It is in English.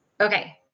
okay